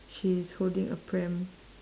she's holding a pram